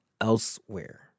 elsewhere